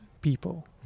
people